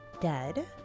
dead